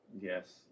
Yes